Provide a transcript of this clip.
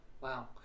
Wow